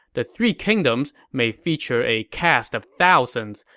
the three kingdoms may feature a cast of thousands,